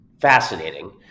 fascinating